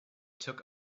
took